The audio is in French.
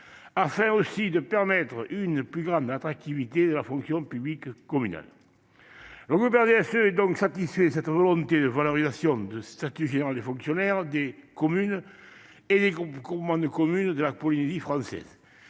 française, notamment pour accroître l'attractivité de cette fonction publique communale. Le groupe du RDSE est donc satisfait de cette volonté de valorisation du statut général des fonctionnaires des communes et des groupements de communes de la Polynésie française.